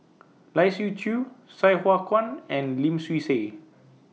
Lai Siu Chiu Sai Hua Kuan and Lim Swee Say